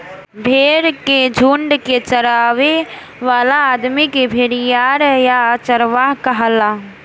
भेड़ के झुंड के चरावे वाला आदमी के भेड़िहार या चरवाहा कहाला